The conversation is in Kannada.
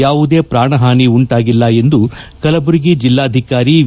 ಯಾವುದೇ ಪ್ರಾಣಹಾನಿ ಉಂಟಾಗಿಲ್ಲ ಎಂದು ಕಲಬುರಗಿ ಜಿಲ್ಲಾಧಿಕಾರಿ ವಿ